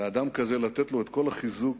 לאדם כזה לתת לו את כל החיזוק